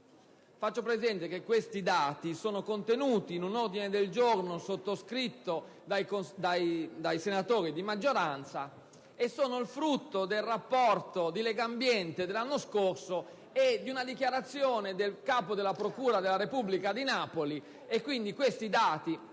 faccio presente che questi dati sono contenuti in un ordine del giorno sottoscritto dai senatori di maggioranza e sono il frutto del rapporto di Legambiente dell'anno scorso e di una dichiarazione del capo della procura della Repubblica di Napoli. Dico questo